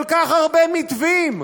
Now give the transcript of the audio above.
כל כך הרבה מתווים,